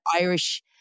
Irish